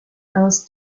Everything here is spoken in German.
aus